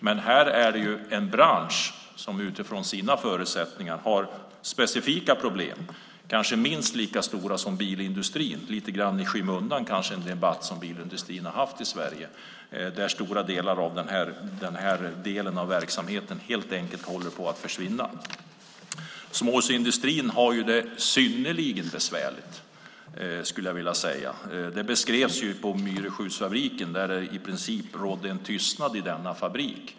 Här handlar det dock om en bransch som utifrån sina förutsättningar har specifika problem, kanske minst lika stora som bilindustrins och kanske lite grann i skymundan för debatten om bilindustrin i Sverige, och där stora delar av verksamheten helt enkelt håller på att försvinna. Småhusindustrin har det synnerligen besvärligt, skulle jag vilja säga. Det beskrevs på Myresjöhusfabriken. Det rådde i princip tystnad i denna fabrik.